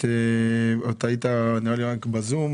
אתה היית נראה לי רק בזום,